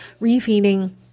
refeeding